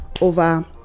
over